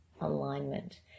alignment